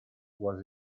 was